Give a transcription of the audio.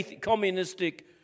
communistic